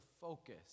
focus